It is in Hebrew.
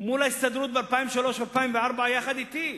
מול ההסתדרות ב-2003 2004, יחד אתי.